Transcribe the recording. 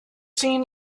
seen